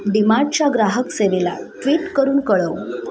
डि मार्टच्या ग्राहकसेवेला ट्विट करून कळव